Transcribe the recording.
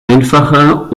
einfacher